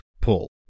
pull